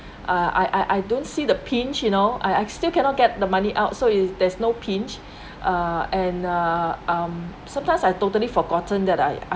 I I I don't see the pinch you know I I still cannot get the money out so it's there's no pinch uh and uh um sometimes I totally forgotten that I